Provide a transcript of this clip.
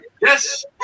Yes